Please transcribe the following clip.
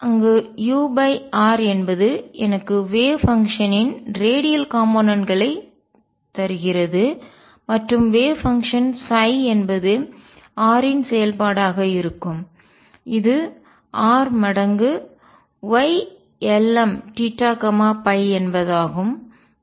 அங்கு u r என்பது எனக்கு வேவ் பங்ஷன்னின் அலை செயல்பாட்டின் ரேடியல் காம்போனென்ட் களைத் கூறு தருகிறது மற்றும் வேவ் பங்ஷன் அலை செயல்பாடு என்பது R இன் செயல்பாடாக இருக்கும் இது r மடங்கு Ylm θ ϕ என்பதாகும்